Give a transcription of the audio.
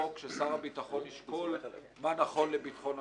ששר הביטחון ישקול מה נכון לביטחון המדינה.